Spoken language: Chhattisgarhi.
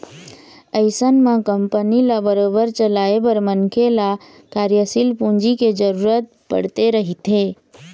अइसन म कंपनी ल बरोबर चलाए बर मनखे ल कार्यसील पूंजी के जरुरत पड़ते रहिथे